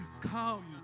Come